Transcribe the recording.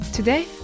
Today